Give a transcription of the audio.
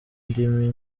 indimi